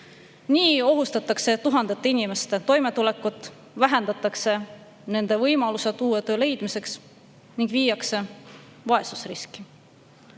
Nii ohustatakse tuhandete inimeste toimetulekut, vähendatakse nende võimalusi leida uus töö ning viiakse nad vaesusriski.